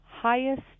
highest